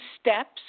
steps